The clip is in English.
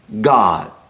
God